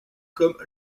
comme